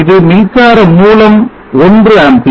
இது மின்சார மூலம் 1 Amp